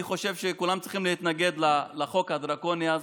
אני חושב שכולם צריכים להתנגד לחוק הדרקוני הזה.